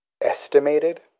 estimated